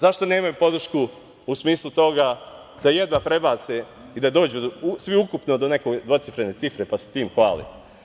Zašto nemaju podršku u smislu toga da jedva prebace i da dođu, svi ukupno, do neke dvocifrene cifre, pa se time hvale?